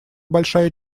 большая